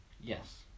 Yes